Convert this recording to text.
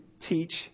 Teach